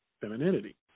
femininity